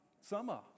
summer